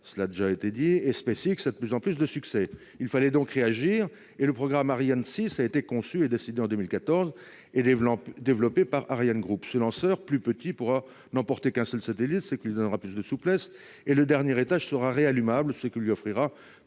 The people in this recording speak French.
le domaine commercial. SpaceX a de plus en plus de succès. Il fallait donc réagir. Le programme Ariane 6 a été conçu et décidé en 2014 et développé par ArianeGroup. Ce lanceur plus petit pourra n'emporter qu'un seul satellite, ce qui lui donnera plus de souplesse, et le dernier étage sera réallumable, ce qui lui offrira plus de